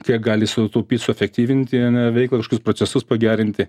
kiek gali sutaupyt suefektyvinti veiklą kažkas procesus pagerinti